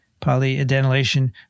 polyadenylation